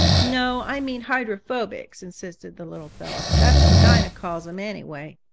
no, i mean hydrophobics, insisted the little fellow. that's what dinah calls them anyway.